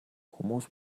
хүмүүс